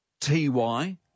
TY